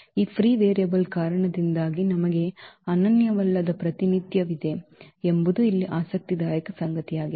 ಈ free variable ಕಾರಣದಿಂದಾಗಿ ನಮಗೆ ಅನನ್ಯವಲ್ಲದ ಪ್ರಾತಿನಿಧ್ಯವಿದೆ ಎಂಬುದು ಇಲ್ಲಿ ಆಸಕ್ತಿದಾಯಕ ಸಂಗತಿಯಾಗಿದೆ